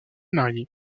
marié